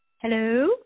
Hello